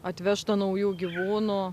atvežta naujų gyvūnų